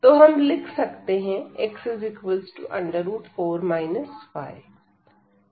तो हम लिख सकते हैं x 4 y